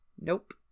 Nope